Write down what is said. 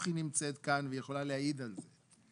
ויוכי נמצאת כאן ויכולה להעיד על זה.